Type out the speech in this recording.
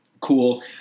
Cool